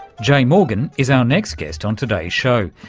jay morgan is our next guest on today's show.